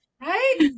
right